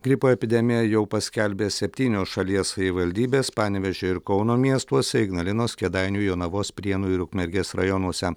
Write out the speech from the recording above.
gripo epidemiją jau paskelbė septynios šalies savivaldybės panevėžio ir kauno miestuose ignalinos kėdainių jonavos prienų ir ukmergės rajonuose